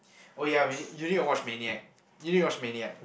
oh ya we need you need to watch Maniac you need to watch Maniac